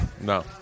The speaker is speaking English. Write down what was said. no